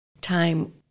time